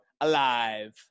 alive